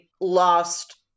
lost